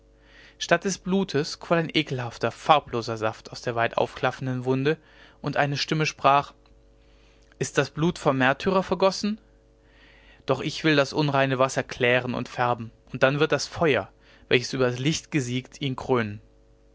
statt des blutes quoll ein ekelhafter farbloser saft aus der weit aufklaffenden wunde und eine stimme sprach ist das blut vom märtyrer vergossen doch ich will das unreine wasser klären und färben und dann wird das feuer welches über das licht gesiegt ihn krönen